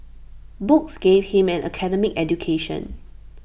books gave him an academic education